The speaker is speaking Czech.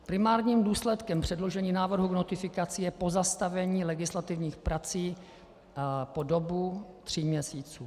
Primárním důsledkem předložení návrhu k notifikaci je pozastavení legislativních prací po dobu tří měsíců.